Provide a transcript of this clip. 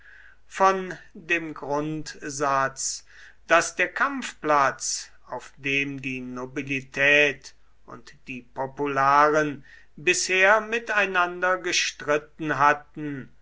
von dem grundsatz daß der kampfplatz auf dem die nobilität und die popularen bisher miteinander gestritten hatten